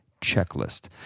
checklist